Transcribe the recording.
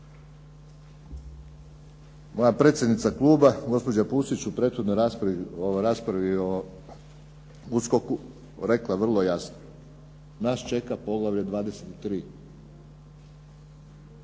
Moja predsjednica kluba, gospođa Pusić, u prethodnoj raspravi o USKOK-u rekla je vrlo jasno, naš čeka poglavlje 23.